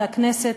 והכנסת,